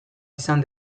izan